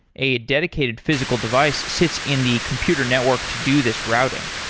a dedicated physical device sits in the computer network to do this routing.